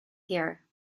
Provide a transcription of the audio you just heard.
here